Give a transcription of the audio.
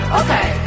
okay